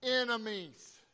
Enemies